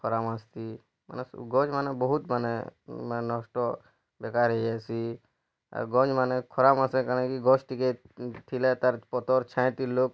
ଖରା ମାସ୍ତି ମାନେ ସବୁ ଗଛ୍ମାନେ ବହୁତ ମାନେ ମାନେ ନଷ୍ଟ ବେକାର୍ ହେଇ ଯାଏସି ଆଉ ଗଛ୍ମାନେ ଖରା ମାସ୍ କେ କାଣା କି ଗଛ୍ ଟିକେ ଥିଲେ ତାର୍ ପତର୍ ଛାଏ ଥି ଲୋକ